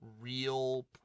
real